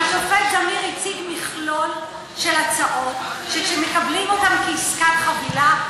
השופט זמיר הציג מכלול של הצעות שכשמקבלים אותן כעסקת חבילה,